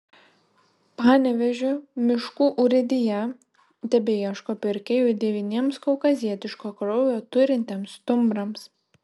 panevėžio miškų urėdija tebeieško pirkėjų devyniems kaukazietiško kraujo turintiems stumbrams